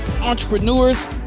entrepreneurs